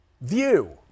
view